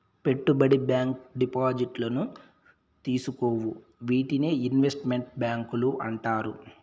పెట్టుబడి బ్యాంకు డిపాజిట్లను తీసుకోవు వీటినే ఇన్వెస్ట్ మెంట్ బ్యాంకులు అంటారు